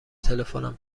تلفنم